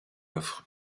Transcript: offre